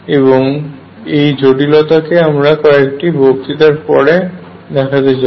এবং এই জটিলতাকে আমরা কয়েকটি বক্তৃতার পরে দেখাতে চাই